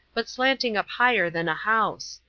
but slanting up higher than a house.